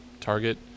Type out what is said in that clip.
target